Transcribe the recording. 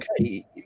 okay